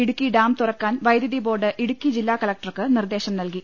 Idukki dam തുറക്കാൻ വൈദ്യുതി board Idukki ജില്ലാ കലക്ടർക്ക് നിർദേശം നല്കി